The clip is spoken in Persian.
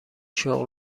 شغل